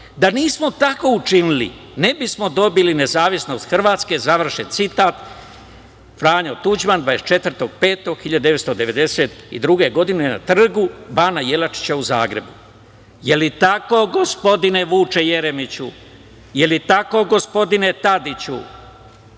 Da nismo tako učinili, ne bismo dobili nezavisnost Hrvatske.“ Završen citat. Franjo Tuđman, 24.05.1992. godine na Trgu Bana Jelačića u Zagrebu. Da li je tako, gospodine Vuče Jeremiću? Da li je tako, gospodine Tadiću? Evo